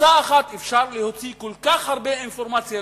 בפריצה אחת אפשר להוציא כל כך הרבה אינפורמציה.